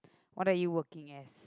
what are you working as